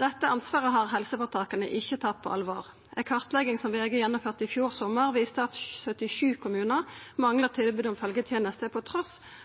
Dette ansvaret har helseføretaka ikkje tatt på alvor. Ei kartlegging som VG gjennomførte i fjor sommar, viste at 77 kommunar manglar tilbod om